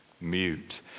mute